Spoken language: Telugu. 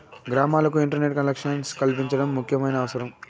గ్రామాలకు ఇంటర్నెట్ కలెక్షన్ కల్పించడం ముఖ్యమైన అవసరం